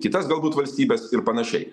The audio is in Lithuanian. kitas galbūt valstybes ir panašiai